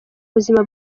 buzima